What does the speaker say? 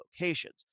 locations